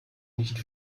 nicht